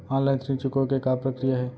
Online ऋण चुकोय के का प्रक्रिया हे?